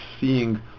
seeing